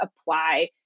apply